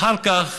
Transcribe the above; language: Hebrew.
אחר כך,